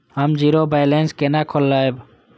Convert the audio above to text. हम zero balance केना खोलैब?